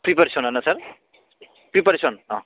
प्रिपेरेसनाना सार प्रिपेरेसन अ